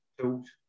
tools